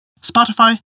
Spotify